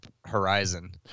Horizon